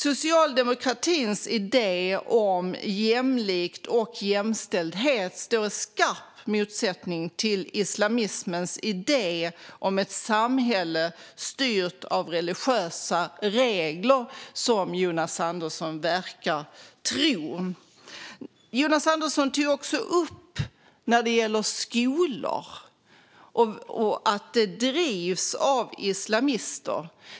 Socialdemokratins idé om jämlikhet och jämställdhet står i skarp motsättning till islamismens idé om ett samhälle styrt av religiösa regler, något som Jonas Andersson inte verkar tro. När det gäller skolor tog Jonas Andersson också upp skolor som drivs av islamister.